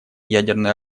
ядерное